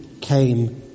came